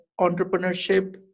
entrepreneurship